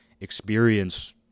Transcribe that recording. experience